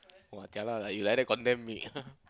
!wah! jialat lah you like that condemn me